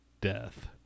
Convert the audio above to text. death